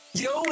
yo